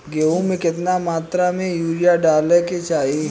गेहूँ में केतना मात्रा में यूरिया डाले के चाही?